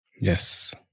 Yes